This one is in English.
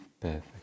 perfect